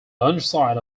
underside